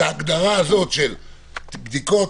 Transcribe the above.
ההגדרה הזאת של בדיקות,